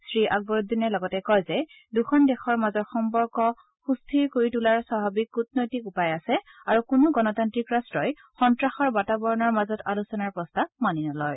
শ্ৰীআকবৰ উদ্দিনে লগতে কয় যে দুখন দেশৰ মাজৰ সম্পৰ্ক সুম্থিৰ কৰি তোলাৰ স্বাভাৱিক কুটনৈতিক উপায় আছে আৰু কোনো গণতান্ত্ৰিক ৰাট্টই সন্তাসৰ বাতাবৰণৰ মাজত আলোচনাৰ প্ৰস্তাৱ মানি নলয়